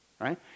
Right